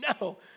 No